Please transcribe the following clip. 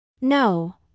No